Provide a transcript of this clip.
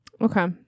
Okay